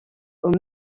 aux